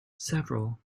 several